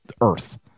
Earth